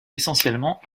essentiellement